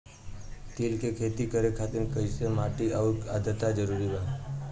तिल के खेती करे खातिर कइसन माटी आउर आद्रता जरूरी बा?